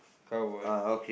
cowboy